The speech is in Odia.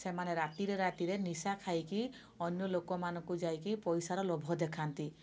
ସେମାନେ ରାତିରେ ରାତିରେ ନିଶା ଖାଇକି ଅନ୍ୟ ଲୋକମାନଙ୍କୁ ଯାଇକି ପଇସାର ଲୋଭ ଦେଖାନ୍ତି